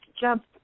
jump